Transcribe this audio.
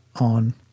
on